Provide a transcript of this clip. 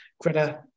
Greta